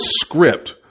script